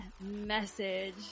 message